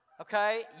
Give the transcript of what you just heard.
Okay